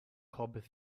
cobb